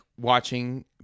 watching